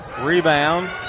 Rebound